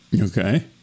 Okay